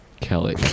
Kelly